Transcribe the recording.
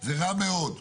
זה רע מאוד.